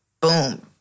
Boom